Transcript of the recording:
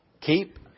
keep